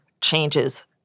changes